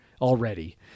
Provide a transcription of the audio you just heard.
already